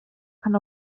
kann